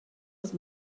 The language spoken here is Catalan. les